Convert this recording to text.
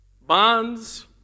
Bonds